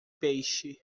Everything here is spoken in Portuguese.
peixe